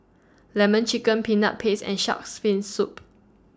Lemon Chicken Peanut Paste and Shark's Fin Soup